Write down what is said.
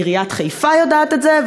עיריית חיפה יודעת את זה,